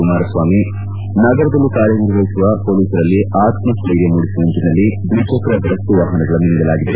ಕುಮಾರಸ್ವಾಮಿ ನಗರದಲ್ಲಿ ಕಾರ್ಯನಿರ್ವಹಿಸುವ ಪೊಲೀಸರಲ್ಲಿ ಆತಸ್ಟೈರ್ಯ ಮೂಡಿಸುವ ನಿಟ್ಟನಲ್ಲಿ ದ್ವಿಚಕ್ರ ಗಸ್ತು ವಾಹನಗಳನ್ನು ನೀಡಲಾಗಿದೆ